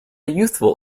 youthful